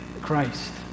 Christ